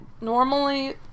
Normally